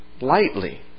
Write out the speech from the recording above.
lightly